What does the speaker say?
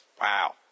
Wow